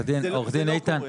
זה לא קורה.